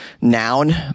noun